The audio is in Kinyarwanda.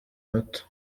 bato